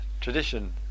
tradition